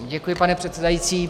Děkuji, pane předsedající.